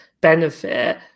benefit